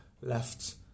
left